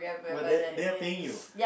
what that they're paying you